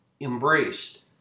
embraced